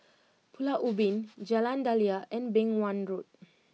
Pulau Ubin Jalan Daliah and Beng Wan Road